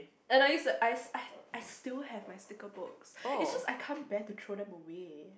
and I used to I I I still have my sticker books is just I can't bear to throw them away